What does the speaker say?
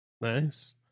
Nice